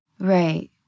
Right